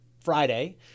Friday